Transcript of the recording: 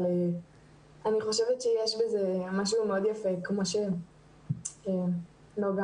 אבל אני חושבת שיש בזה משהו מאוד יפה כמו שנגה